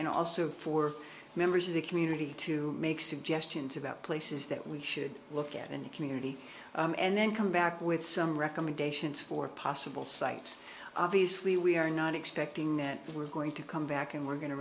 and also for members of the community to make suggestions about places that we should look at in the community and then come back with some recommendations for possible sites obviously we are not expecting that we're going to come back and we're going to